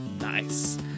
Nice